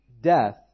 death